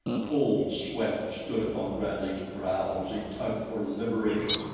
cold sweat stood upon bradley's brow as he tugged for liberation.